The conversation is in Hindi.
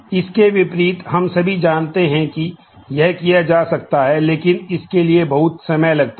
इसके विपरीत हम सभी जानते हैं कि यह किया जा सकता है लेकिन इसके लिए बहुत समय लगता है